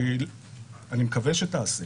אני מקווה שתעשה